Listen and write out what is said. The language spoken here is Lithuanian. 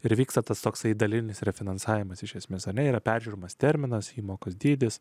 ir vyksta tas toksai dalinis refinansavimas iš esmės tame yra peržiūrimas terminas įmokos dydis